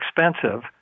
expensive